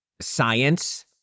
science